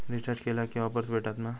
Recharge केला की offers भेटात मा?